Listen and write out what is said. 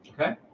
Okay